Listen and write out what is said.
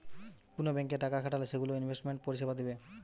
কুন ব্যাংকে টাকা খাটালে সেগুলো ইনভেস্টমেন্ট পরিষেবা দিবে